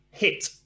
hit